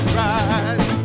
rise